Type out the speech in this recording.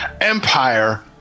Empire